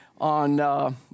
on